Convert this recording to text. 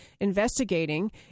investigating